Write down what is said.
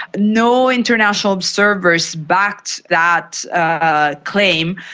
no international observers backed that ah claim.